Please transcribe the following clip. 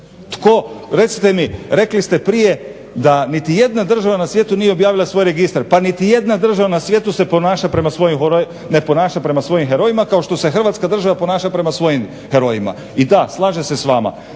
država. Rekli ste prije da niti jedna država na svijetu nije objavila svoj registar. Pa niti jedna država na svijetu se ne ponaša prema svojim herojima kao što se Hrvatska država ponaša prema svojim herojima. I da slažem se s vama,